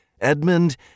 Edmund